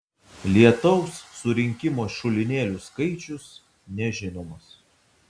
lietaus surinkimo šulinėlių skaičius nežinomas